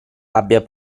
abbia